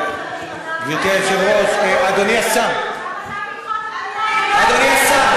גברתי היושבת-ראש, אדוני השר,